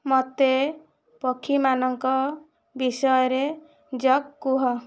ମୋତେ ପକ୍ଷୀମାନଙ୍କ ବିଷୟରେ ଜୋକ୍ କୁହ